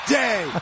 day